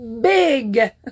big